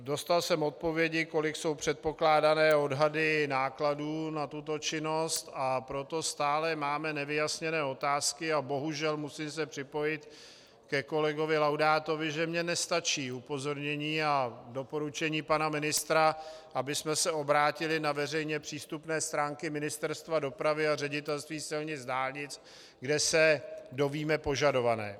Dostal jsem odpovědi, kolik jsou předpokládané odhady nákladů na tuto činnost, a proto máme stále nevyjasněné otázky, a bohužel musím se připojit ke kolegovi Laudátovi, že mně nestačí upozornění a doporučení pana ministra, abychom se obrátili na veřejně přístupné stránky Ministerstva dopravy a ŘSD, kde se dovíme požadované.